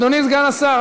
אדוני סגן השר,